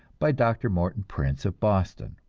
by dr. morton prince of boston.